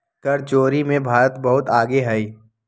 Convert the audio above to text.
कर चोरी में भारत बहुत आगे हई